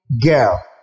girl